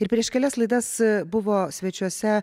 ir prieš kelias laidas buvo svečiuose